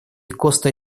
коста